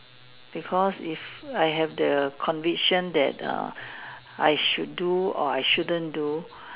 because if I have the conviction that err I should do or I shouldn't do